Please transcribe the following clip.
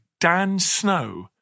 DANSNOW